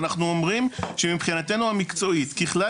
ואנחנו אומרים שמבחינתנו המקצועית ככלל